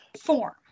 form